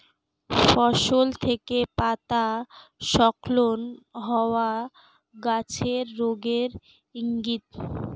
ফসল থেকে পাতা স্খলন হওয়া গাছের রোগের ইংগিত